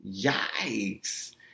Yikes